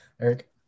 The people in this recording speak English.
Eric